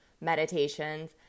meditations